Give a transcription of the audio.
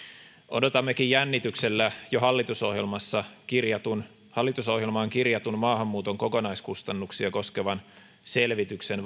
odotammekin jännityksellä jo hallitusohjelmaan kirjatun hallitusohjelmaan kirjatun maahanmuuton kokonaiskustannuksia koskevan selvityksen